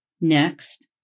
Next